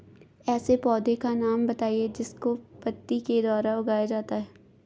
ऐसे पौधे का नाम बताइए जिसको पत्ती के द्वारा उगाया जाता है